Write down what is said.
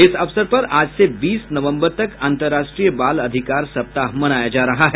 इस अवसर पर आज से बीस नवम्बर तक अंतर्राष्ट्रीय बाल अधिकार सप्ताह मनाया जा रहा है